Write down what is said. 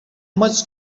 much